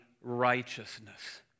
righteousness